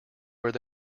where